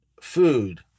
food